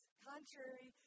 Contrary